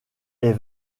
est